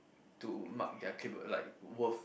to mark their capable like worth